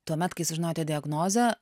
tuomet kai sužinojote diagnozę